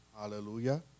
Hallelujah